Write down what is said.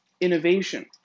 innovation